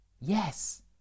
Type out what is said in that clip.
Yes